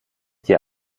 dir